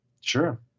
sure